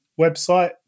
website